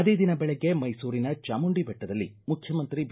ಅದೇ ದಿನ ಬೆಳಗ್ಗೆ ಮೈಸೂರಿನ ಚಾಮುಂಡಿ ಬೆಟ್ಟದಲ್ಲಿ ಮುಖ್ಯಮಂತ್ರಿ ಬಿ